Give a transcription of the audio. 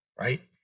right